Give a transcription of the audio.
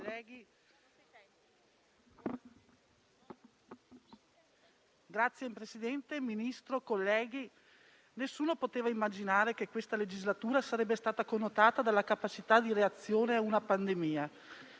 signor Ministro, onorevoli colleghi, nessuno poteva immaginare che questa legislatura sarebbe stata connotata dalla capacità di reazione a una pandemia,